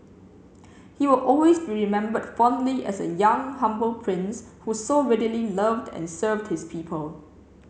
he will always be remembered fondly as a young humble prince who so readily loved and served his people